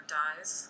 dies